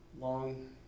Long